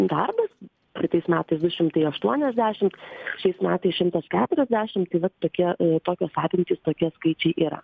darbas praeitais metais du šimtai aštuoniasdešimt šiais metais šimtas keturiasdešim tai vat tokie tokios apimtys tokie skaičiai yra